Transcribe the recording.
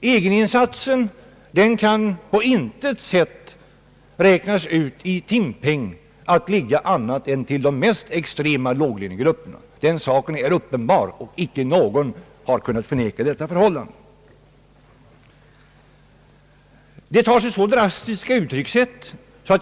Egeninsatsen kan på intet sätt, i timpenning räknat, anses ligga annat än i de mest extrema låglönegrupperna. Det är uppenbart. Ingen har kunnat förneka detta förhållande. Det tar sig ibland drastiska uttryck.